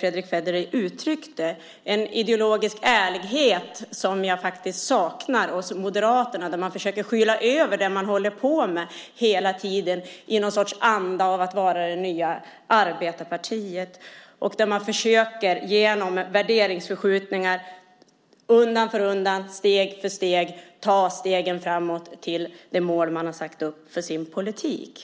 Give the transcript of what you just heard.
Fredrick Federley uttryckte, en ideologisk ärlighet som jag faktiskt saknar hos Moderaterna. Där försöker man skyla över det man håller på med hela tiden i någon sorts anda av att vara det nya arbetarpartiet. Man försöker genom värderingsförskjutningar undan för undan, steg för steg gå framåt till det mål man har satt upp för sin politik.